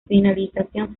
finalización